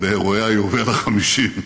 באירועי יובל ה-50,